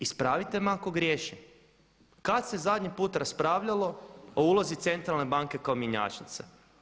Ispravite me ako griješim, kada se zadnji put raspravljalo o ulozi centralne banke kao mjenjačnice?